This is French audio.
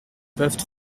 peuvent